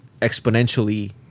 exponentially